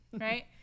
right